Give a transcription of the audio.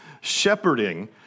Shepherding